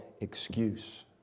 excuse